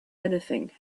anything